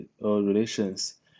relations